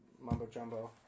mumbo-jumbo